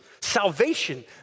Salvation